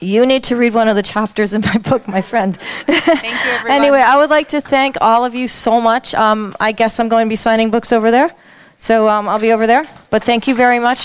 you need to read one of the chapters and i put my friend anyway i would like to thank all of you so much i guess i'm going to be signing books over there so i'll be over there but thank you very much